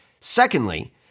Secondly